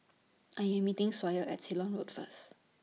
I Am meeting Sawyer At Ceylon Road First